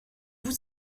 vous